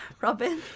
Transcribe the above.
Robin